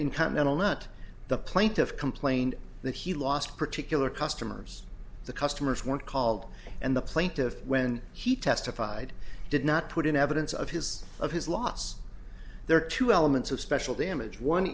in continental not the plaintiff complained that he lost particular customers the customers weren't called and the plaintiff when he testified did not put in evidence of his of his loss there are two elements of special damage one